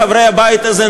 חברי הבית הזה,